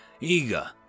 eager